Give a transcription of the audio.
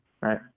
right